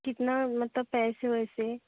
कितना मतलब पैसे वैसे